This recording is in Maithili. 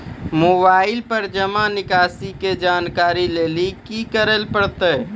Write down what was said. मोबाइल पर जमा निकासी के जानकरी लेली की करे परतै?